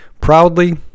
proudly